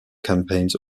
campaigns